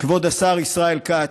כבוד השר ישראל כץ,